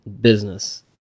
business